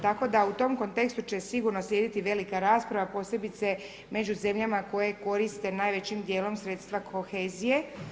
Tako da u tom kontekstu će sigurno slijediti velika rasprava, posebice među zemljama koje koriste najvećim dijelom sredstva kohezije.